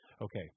Okay